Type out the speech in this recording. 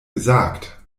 gesagt